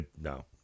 No